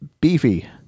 beefy